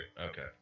Okay